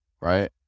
right